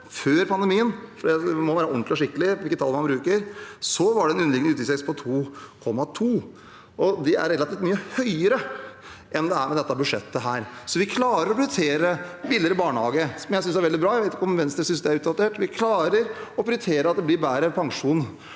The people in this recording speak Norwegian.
før pandemien – for en må være ordentlig og skikkelig med hvilke tall man bruker – var det en underliggende utgiftsvekst på 2,2 pst. Det er relativt mye høyere enn det er med dette budsjettet. Vi klarer å prioritere billigere barnehage, som jeg synes er veldig bra. Jeg vet ikke om Venstre synes det er utdatert. Vi klarer å prioritere at det blir bedre pensjon